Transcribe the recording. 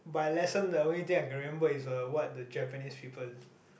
by lesson the only thing I can remember is uh what the Japanese people is